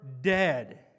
dead